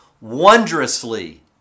wondrously